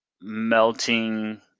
melting